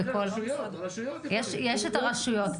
יש את הרשויות.